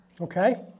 okay